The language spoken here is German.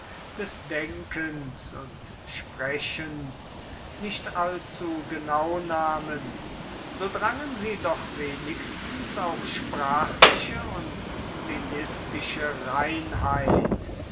des denkens und sprechens nicht allzu genau nahmen so drangen sie doch wenigstens auf sprachliche und stilistische reinheit